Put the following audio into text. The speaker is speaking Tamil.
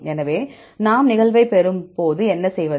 எனவே நாம் நிகழ்வைப் பெறும்போது என்ன செய்வது